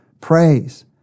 praise